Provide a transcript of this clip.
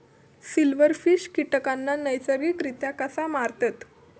Silverfish कीटकांना नैसर्गिकरित्या कसा मारतत?